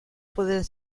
pueden